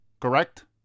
Correct